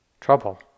trouble